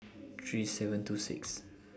three seven two six